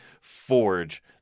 Forge